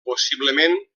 possiblement